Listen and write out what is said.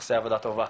עושה עבודה טובה.